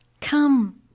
come